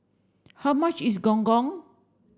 how much is Gong Gong